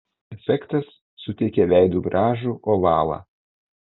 efektas suteikia veidui gražų ovalą